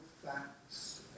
Facts